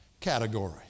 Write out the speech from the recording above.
category